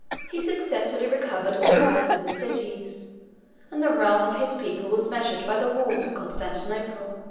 he successively recovered the provinces and cities and the realm of his pupil was measured by the walls of constantinople